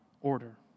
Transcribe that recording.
order